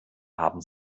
haben